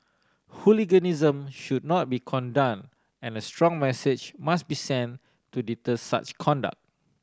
hooliganism should not be condone and a strong message must be sent to deter such conduct